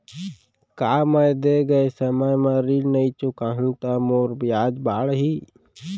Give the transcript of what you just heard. का मैं दे गए समय म ऋण नई चुकाहूँ त मोर ब्याज बाड़ही?